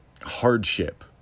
hardship